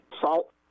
salt